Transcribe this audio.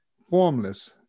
formless